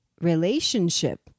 relationship